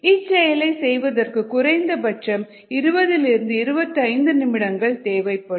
இச் செயலை செய்வதற்கு குறைந்தபட்சம் 20 25 நிமிடங்கள் தேவைப்படும்